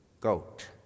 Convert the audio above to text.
GOAT